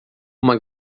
uma